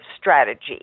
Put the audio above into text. strategy